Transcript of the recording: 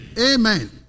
amen